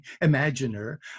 imaginer